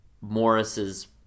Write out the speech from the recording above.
Morris's